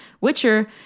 Witcher